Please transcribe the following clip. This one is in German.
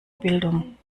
bildung